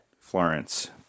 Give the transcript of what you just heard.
Florence